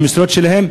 למשרות שלהם,